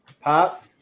pop